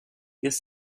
les